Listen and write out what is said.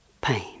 pain